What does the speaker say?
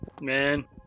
Man